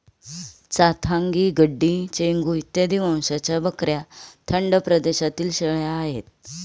चांथागी, गड्डी, चेंगू इत्यादी वंशाच्या बकऱ्या थंड प्रदेशातील शेळ्या आहेत